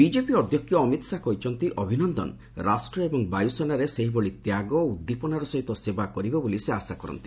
BJP ଅଧ୍ୟକ୍ଷ ଅମିତ୍ ଶାହା କହିଛନ୍ତି ଅଭିନନ୍ଦନ ରାଷ୍ଟ୍ର ଏବଂ ବାୟସେନାରେ ସେହିଭଳି ତ୍ୟାଗ ଓ ଉଦ୍ଦୀପନାର ସହିତ ସେବା କରିବେ ବୋଲି ସେ ଆଶା କରନ୍ତି